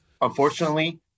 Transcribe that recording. unfortunately